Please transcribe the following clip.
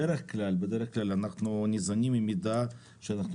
בדרך כלל אנחנו ניזונים ממידע שאנחנו